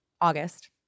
August